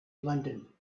london